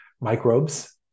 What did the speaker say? microbes